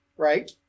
Right